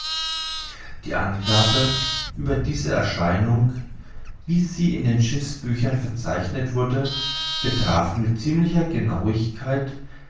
die angaben über diese erscheinung wie sie in den schiffsbüchern verzeichnet wurden betrafen mit ziemlicher genauigkeit